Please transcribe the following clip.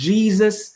Jesus